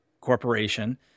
corporation